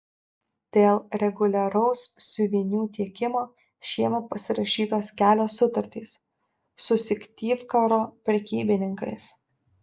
dėl reguliaraus siuvinių tiekimo šiemet pasirašytos kelios sutartys su syktyvkaro prekybininkais